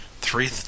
Three